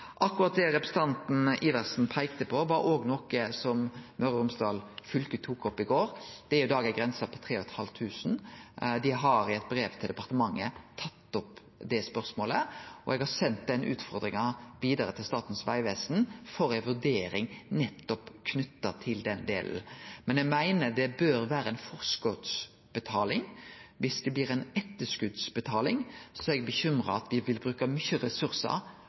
Akkurat det representanten Adelsten Iversen peikte på, var òg noko som Møre og Romsdal fylke tok opp i går. Det er i dag ei grense på 3 500 kr. Dei har i eit brev til departementet tatt opp det spørsmålet, og eg har sendt utfordringa vidare til Statens vegvesen for ei vurdering, nettopp knytt til den delen. Men eg meiner det bør vere forskotsbetaling. Viss det blir etterskotsbetaling, er eg bekymra for at me vil bruke mykje ressursar